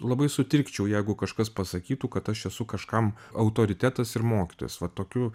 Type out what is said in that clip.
labai sutrikčiau jeigu kažkas pasakytų kad aš esu kažkam autoritetas ir mokytojas va tokiu